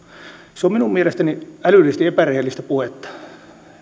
on minun mielestäni älyllisesti epärehellistä puhetta